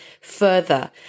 further